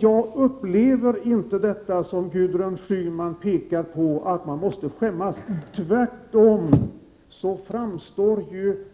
Jag upplever inte att man måste skämmas, vilket var vad Gudrun Schyman påpekade.